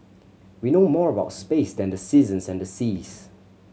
we know more about space than the seasons and the seas